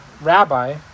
Rabbi